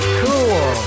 cool